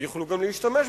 ויוכלו גם להשתמש בזה.